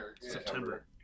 September